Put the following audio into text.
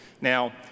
Now